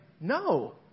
no